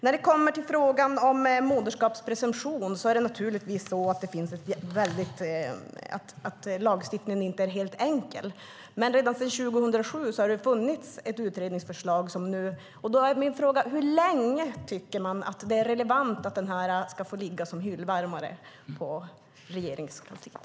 När det kommer till frågan om moderskapspresumtion är det naturligtvis så att lagstiftningen inte är helt enkel. Det har dock funnits ett utredningsförslag ända sedan 2007. Min fråga är: Hur länge tycker man att det är rimligt att den ska få ligga som hyllvärmare på Regeringskansliet?